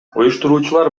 уюштуруучулар